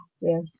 yes